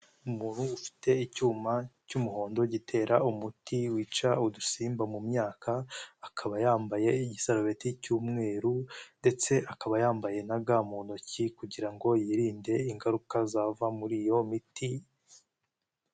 Umuntu ufite icyuma cy'umuhondo gitera umuti wica udusimba mu myaka akaba yambaye igisarubeti cy'umweru ndetse akaba yambaye na ga mu ntoki kugira ngo yirinde ingaruka ziva muri iyo miti.